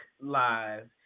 live